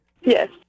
Yes